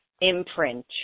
imprint